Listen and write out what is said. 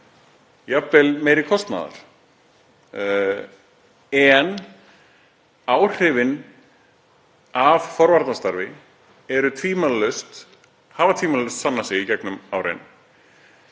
jafnvel meiri kostnaðar. En áhrifin af forvarnastarfi hafa tvímælalaust sannað sig í gegnum árin